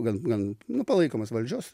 gan gan nu palaikomas valdžios